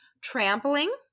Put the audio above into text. trampling